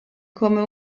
come